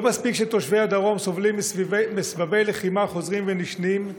לא מספיק שתושבי הדרום סובלים מסבבי לחימה חוזרים ונשנים,